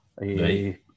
Right